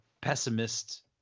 pessimist